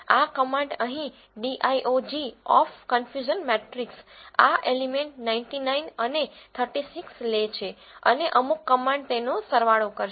આ કમાન્ડ અહીં DIAG of confusion matrix આ એલિમેન્ટ 99 અને 36 લે છે અને અમુક કમાન્ડ તેનો સરવાળો કરશે